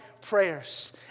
prayers